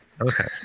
okay